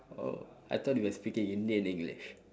oh I thought you were talking indian english